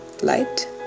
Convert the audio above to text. light